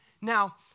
Now